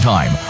Time